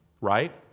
right